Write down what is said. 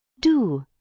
do.